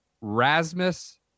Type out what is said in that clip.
Rasmus